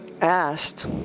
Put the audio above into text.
asked